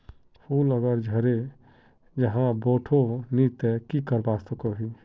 फूल अगर झरे जहा बोठो नी ते की करवा सकोहो ही?